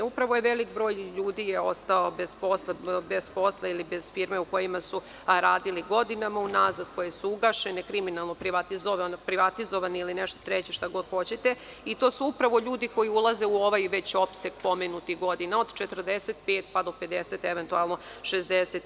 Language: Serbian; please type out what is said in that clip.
Upravo je veliki broj ljudi ostao bez posla ili bez firme u kojima su radili godinama unazad, koje su ugašene, kriminalno privatizovane ili nešto treće, šta god hoćete, i to su upravo ljudi koji ulaze u ovaj već opseg pomenutih godina, od 45 pa do 50, eventualno 60.